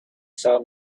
saw